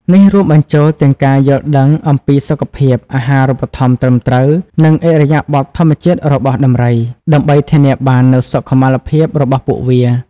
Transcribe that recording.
នេះរួមបញ្ចូលទាំងការយល់ដឹងអំពីសុខភាព អាហារូបត្ថម្ភត្រឹមត្រូវ និងឥរិយាបថធម្មជាតិរបស់ដំរី ដើម្បីធានាបាននូវសុខុមាលភាពរបស់ពួកវា។